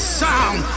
sound